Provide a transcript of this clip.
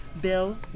Bill